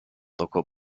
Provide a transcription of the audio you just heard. local